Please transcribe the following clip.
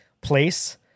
place